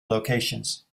locations